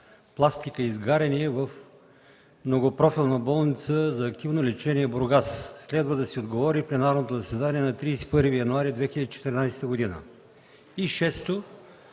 пластика и изгаряния в Многопрофилна болница за активно лечение – Бургас. Следва да се отговори в пленарното заседание на 31 януари 2014 г. 6.